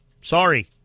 Sorry